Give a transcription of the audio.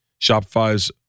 Shopify's